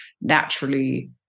naturally